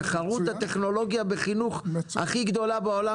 תחרות הטכנולוגיה בחינוך הכי גדולה בעולם